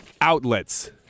outlets